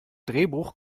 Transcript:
drehbuch